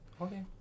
Okay